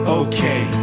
okay